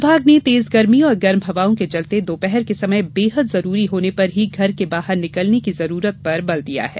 विभाग ने तेज गर्मी और गर्म हवाओं के चलते दोपहर के समय बेहद जरूरी होने पर ही घर के बाहर निकलने की जरूरत पर बल दिया है